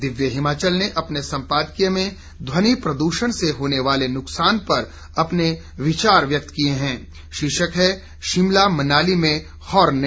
दिव्य हिमाचल ने अपने सम्पादकीय में ध्वनि प्रदूषण से होने वाले नुकसान पर अपने विचार व्यक्त किये हैं शीर्षक है शिमला मनाली में हॉर्न नहीं